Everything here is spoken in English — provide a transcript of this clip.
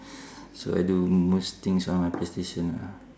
so I do most things on my playstation ah